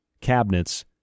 cabinets